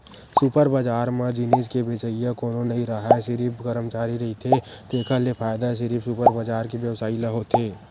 super बजार म जिनिस के बेचइया कोनो नइ राहय सिरिफ करमचारी रहिथे तेखर ले फायदा सिरिफ सुपर बजार के बेवसायी ल होथे